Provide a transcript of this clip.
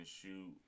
shoot